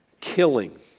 killing